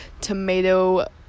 tomato